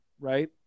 right